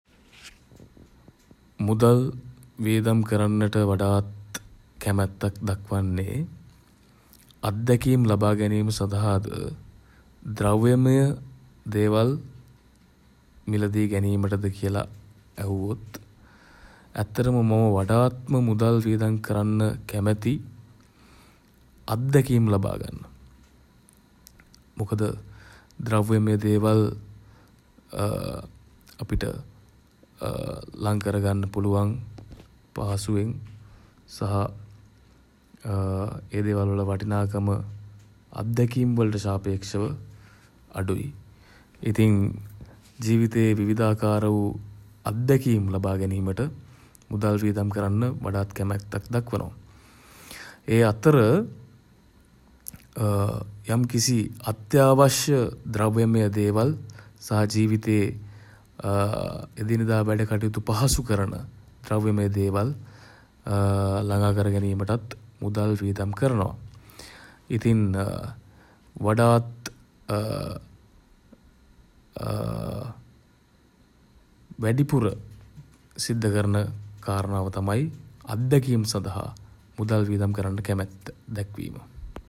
මුදල් වියදම් කරන්නට වඩාත් කැමැත්තක් දක්වන්නේ අත්දැකීම් ලබා ගැනීම සඳහාද ද්‍රව්‍යමය දේවල් මිළදී ගැනීමටද කියල ඇහුවොත් ඇත්තටම මම වඩාත්ම මුදල් වියදම් කරන්න කැමති අත්දැකීම් ලබා ගන්න. මොකද ද්‍රව්‍යමය දේවල් අපිට ලං කරගන්න පුළුවන් පහසුවෙන්. සහ ඒ දේවල් වල වටිනාකම අත්දැකීම් වලට සාපේක්ෂව අඩුයි. ඉතින් ජීවිතේ විවිධාකාර වූ අත්දැකීම් ලබා ගැනීමට මුදල් වියදම් කරන්න වඩාත් කැමැත්තක් දක්වනවා. ඒ අතර යම්කිසි අත්‍යාවශ්‍ය ද්‍රව්‍යමය දේවල් සහ ජීවිතේ එදිනෙදා වැඩ කටයුතු පහසු කරන ද්‍රව්‍යමය දේවල් ලඟා කර ගැනීමටත් මුදල් වියදම් කරනවා. ඉතින් වඩාත් වැඩිපුර සිද්ද කරන කාරණාව තමයි අත්දැකීම් සඳහා මුදල් වියදම් කරන්න කැමැත්ත දැක්වීම.